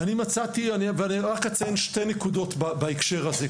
רק אציין שתי נקודות בהקשר הזה.